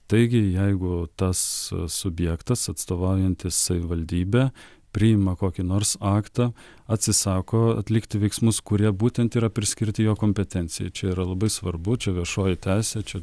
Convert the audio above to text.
taigi jeigu tas subjektas atstovaujantis savivaldybę priima kokį nors aktą atsisako atlikti veiksmus kurie būtent yra priskirti jo kompetencija čia yra labai svarbu čia viešoji teisė čia